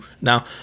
now